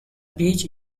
beach